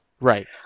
Right